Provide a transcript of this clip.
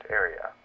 area